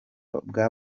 bwa